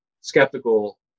skeptical